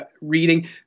reading